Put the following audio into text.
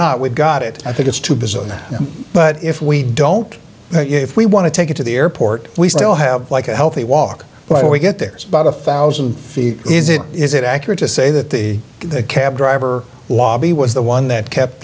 not we've got it i think it's too bizarre that but if we don't if we want to take it to the airport we still have like a healthy walk when we get there's about a thousand feet is it is it accurate to say that the cab driver lobby was the one that kept